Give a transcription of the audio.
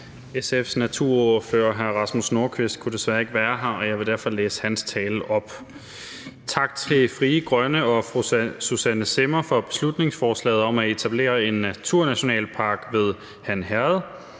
SF's naturordfører, hr. Rasmus Nordqvist, kunne desværre ikke være her. Jeg vil derfor læse hans tale op. Tak til Frie Grønne og fru Susanne Zimmer for beslutningsforslaget om at etablere en naturnationalpark i Han Herred.